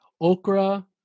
okra